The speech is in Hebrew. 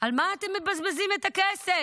על מה אתם מבזבזים את הכסף